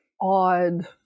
odd